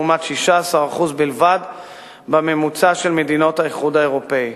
לעומת 16% בלבד מהממוצע במדינות האיחוד האירופי.